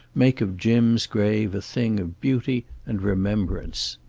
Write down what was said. make of jim's grave a thing of beauty and remembrance.